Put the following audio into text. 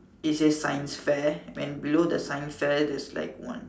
it says science fair when below the science fair there's like one